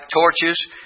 torches